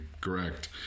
correct